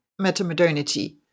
metamodernity